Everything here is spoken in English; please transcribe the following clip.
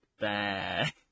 bad